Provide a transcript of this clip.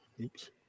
Oops